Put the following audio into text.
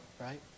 right